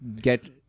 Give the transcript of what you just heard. get